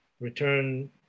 Return